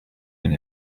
and